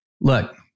Look